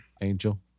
Angel